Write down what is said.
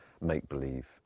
make-believe